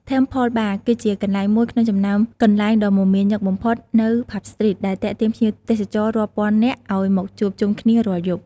Temple Bar គឺជាកន្លែងមួយក្នុងចំណោមកន្លែងដ៏មមាញឹកបំផុតនៅ ផាប់ ស្ទ្រីត ដែលទាក់ទាញភ្ញៀវទេសចររាប់ពាន់នាក់ឲ្យមកជួបជុំគ្នារាល់យប់។